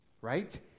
Right